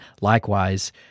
likewise